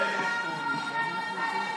מושלם.